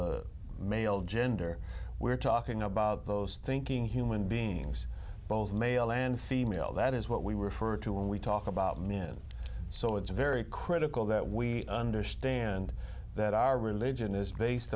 the male gender we're talking about those thinking human beings both male and female that is what we refer to when we talk about me and so it's very critical that we understand that our religion is based